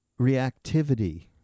reactivity